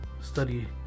Study